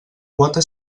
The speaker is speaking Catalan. quota